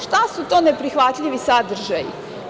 Šta su to neprihvatljivi sadržaji?